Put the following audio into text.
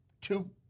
two